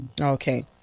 Okay